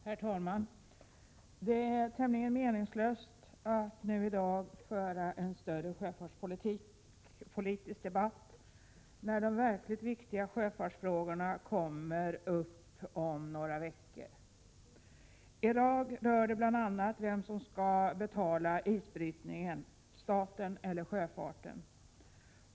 Herr talman! Det är tämligen meningslöst att nu i dag föra en större sjöfartspolitisk debatt, när de verkligt viktiga sjöfartsfrågorna kommer upp om några veckor. I dag rör det bland annat vem som skall betala isbrytningen — staten eller sjöfarten.